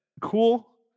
Cool